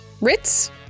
Ritz